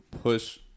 push